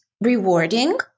rewarding